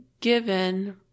given